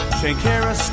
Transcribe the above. Shankara